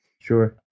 Sure